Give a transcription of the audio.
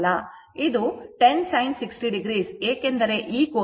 ಇದು 10 sin 60 ಏಕೆಂದರೆ ಈ ಕೋನ 8